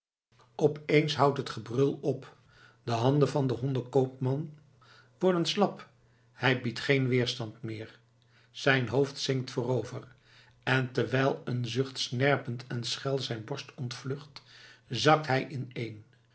eens houdt het gebrul op de handen van den hondenkoopman worden slap hij biedt geen tegenstand meer zijn hoofd zinkt voorover en terwijl een zucht snerpend en schel zijn borst ontvlucht zakt hij ineen